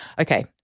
Okay